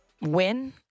win